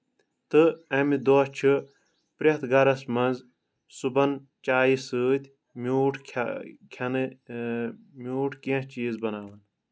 تہٕ اَمہِ دوہ چھُ پرٮ۪تھ گرَس منٛز صبُحن چایہ سۭتۍ میوٗٹھ کھیٚنہٕ میٚوٗٹھ کیٚنٛہہ چیٖز بَنان